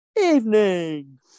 Evening